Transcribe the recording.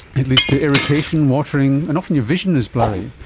it leads to irritation, watering and often your vision is blurry.